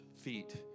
feet